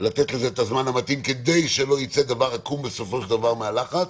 לתת לזה את הזמן המתאים כדי שלא יצא דבר עקום בסופו של דבר מהלחץ.